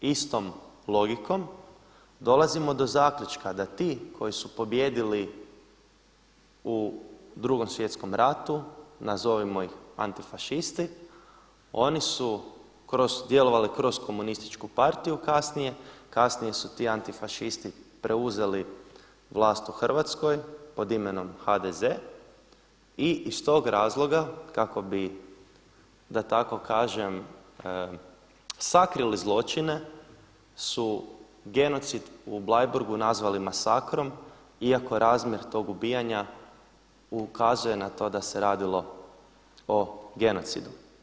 Također istom logikom dolazimo do zaključka da ti koji su pobijedili u Drugom svjetskom ratu, nazovimo ih antifašisti oni su djelovali kroz komunističku partiju kasnije, kasnije su ti antifašisti preuzeli vlast u Hrvatskoj pod imenom HDZ i iz tog razloga kako bi da tako kažem sakrili zločine su genocid u Bleiburgu nazvali masakrom iako razmjer tog ubijanja ukazuje da se radilo o genocidu.